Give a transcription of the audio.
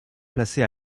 placé